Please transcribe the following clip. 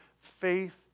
faith